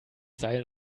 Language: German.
seil